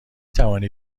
توانی